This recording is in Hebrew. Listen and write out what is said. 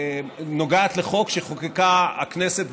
נוגעת לחוק שחוקקה הכנסת,